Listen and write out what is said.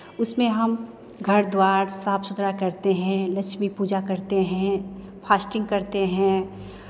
उसमें हम घर द्वार साफ सुथरा करते हैं लक्ष्मी पूजा करते हैं फास्टिंग करते हैं